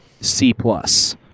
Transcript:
C-plus